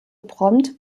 prompt